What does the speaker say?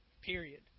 period